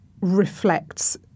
reflects